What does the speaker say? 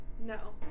No